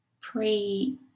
pre